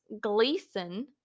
Gleason